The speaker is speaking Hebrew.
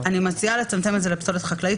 אני מציעה או לצמצם את זה רק לפסולת חקלאית